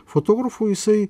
fotografu jisai